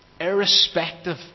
irrespective